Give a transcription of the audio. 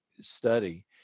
study